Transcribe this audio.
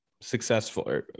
successful